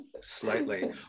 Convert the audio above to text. slightly